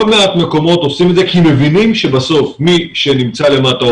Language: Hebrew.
לא מעט מקומות עושים זאת כי מבינים שבסוף מי שנמצא למטה,